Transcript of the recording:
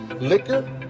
liquor